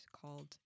called